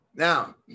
Now